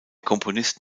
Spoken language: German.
komponist